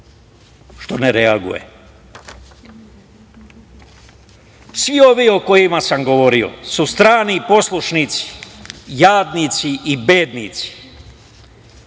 što ne reaguje. Svi ovi o kojima sam govorio, su strani poslušnici, jadnici i bednici,